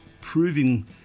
proving